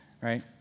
right